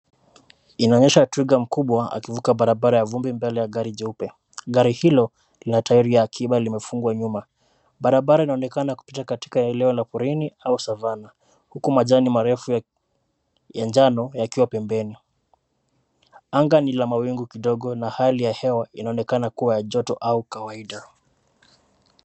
Inaonyesha twiga mkubwa akivuka barabara ya vumbi mbele ya gari jeupe, gari hilo lina tairi ya akiba limefungwa nyuma. Barabara inaonekana kupita katika eneo la porini au savannah huku majani marefu ya njano yakiwa pembeni. Anga ni la mawingu kidogo na hali ya hewa inaonekana kuwa ya joto au kawaida.